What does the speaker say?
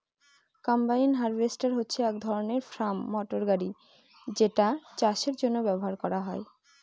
combine harvester হচ্ছে এক ধরনের ফার্ম মটর গাড়ি যেটা চাষের জন্য ব্যবহার করা হয়